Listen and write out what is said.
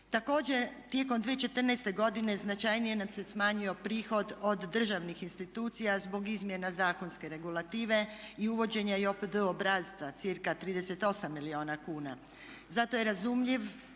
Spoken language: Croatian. Također, tijekom 2014. godine značajnije nam se smanjio prihod od državnih institucija zbog izmjena zakonske regulative i uvođenja JOPD obrasca cirka 38 milijuna kuna. Zato je razumljiv